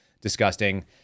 disgusting